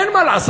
אין מה לעשות.